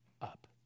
up